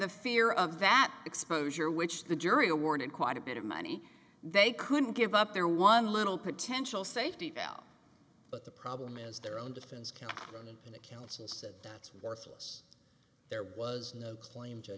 the fear of that exposure which the jury awarded quite a bit of money they couldn't give up their one little potential safety valve but the problem is their own defense counting on the council said that's worthless there was no claim to